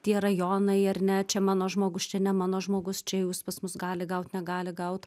tie rajonai ar ne čia mano žmogus čia ne mano žmogus čia jau jis pas mus gali gaut negali gaut